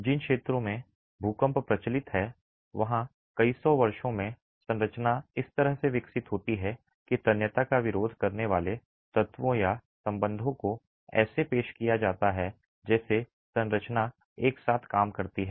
जिन क्षेत्रों में भूकंप प्रचलित हैं वहाँ कई सौ वर्षों में संरचना इस तरह से विकसित होती है कि तन्यता का विरोध करने वाले तत्वों या संबंधों को ऐसे पेश किया जाता है जैसे संरचना एक साथ काम करती है